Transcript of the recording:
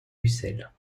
ussel